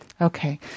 Okay